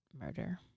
murder